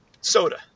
soda